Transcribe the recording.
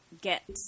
get